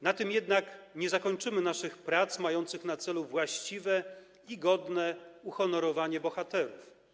Na tym jednak nie zakończymy naszych prac mających na celu właściwe i godne uhonorowanie bohaterów.